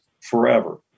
forever